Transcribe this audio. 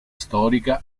storica